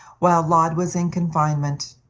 while laud was in confinement.